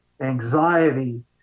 anxiety